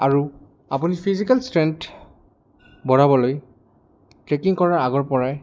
আৰু আপুনি physical strength বঢ়াবলৈ ট্ৰেকিং কৰাৰ আগৰপৰাই